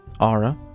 Ara